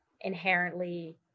inherently